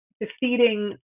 defeating